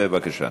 בבקשה.